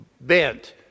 bent